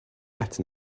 rat